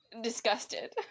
disgusted